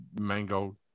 mango